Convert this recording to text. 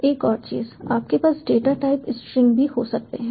एक और चीज आपके पास डेटा टाइप स्ट्रिंग भी हो सकते हैं